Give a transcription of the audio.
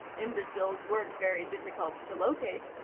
imbeciles weren't very difficult to locate.